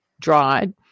dried